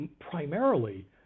primarily